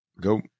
Go